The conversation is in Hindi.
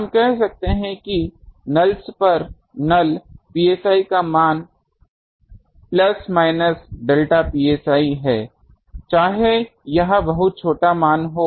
हम कह सकते हैं कि nulls पर null psi का मान प्लस माइनस डेल्टा psi है चाहे यह बहुत छोटा मान हो